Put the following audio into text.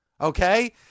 Okay